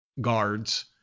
guards